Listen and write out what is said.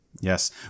Yes